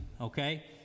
okay